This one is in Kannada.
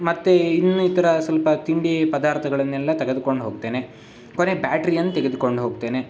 ಮತ್ತು ಇನ್ನಿತರ ಸ್ವಲ್ಪ ತಿಂಡಿ ಪದಾರ್ಥಗಳನ್ನೆಲ್ಲ ತೆಗೆದುಕೊಂಡು ಹೋಗ್ತೇನೆ ಕೊನೆಗೆ ಬ್ಯಾಟ್ರಿಯನ್ನು ತೆಗೆದುಕೊಂಡು ಹೋಗ್ತೇನೆ